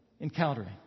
encountering